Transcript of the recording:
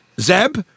Zeb